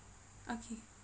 okay